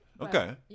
Okay